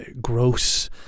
gross